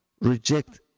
reject